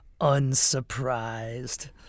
unsurprised